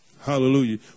Hallelujah